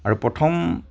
আৰু প্ৰথম